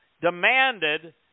demanded